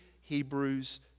Hebrews